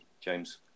James